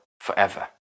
forever